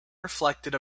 reflected